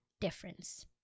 difference